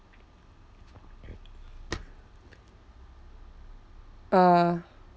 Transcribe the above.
uh